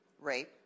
rape